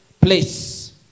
place